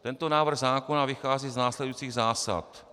Tento návrh zákona vychází z následujících zásad.